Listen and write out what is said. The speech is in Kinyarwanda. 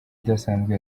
idasanzwe